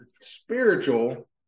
Spiritual